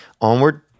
Onward